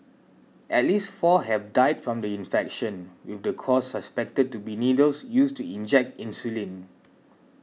at least four have died from the infection with the cause suspected to be needles used to inject insulin